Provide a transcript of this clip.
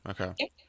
okay